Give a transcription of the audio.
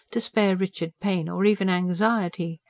to spare richard pain or even anxiety.